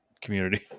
community